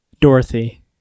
Dorothy